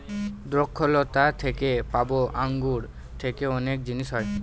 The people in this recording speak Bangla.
দ্রক্ষলতা থেকে পাবো আঙ্গুর থেকে অনেক জিনিস হয়